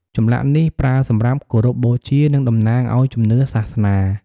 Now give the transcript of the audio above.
ចម្លាក់នេះប្រើសម្រាប់គោរពបូជា និងតំណាងឲ្យជំនឿសាសនា។